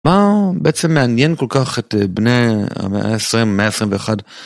מה בעצם מעניין כל כך את בני המאה ה-20, המאה ה-21?